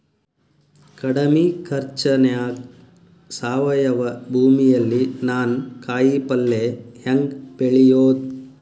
ಕಡಮಿ ಖರ್ಚನ್ಯಾಗ್ ಸಾವಯವ ಭೂಮಿಯಲ್ಲಿ ನಾನ್ ಕಾಯಿಪಲ್ಲೆ ಹೆಂಗ್ ಬೆಳಿಯೋದ್?